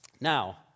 Now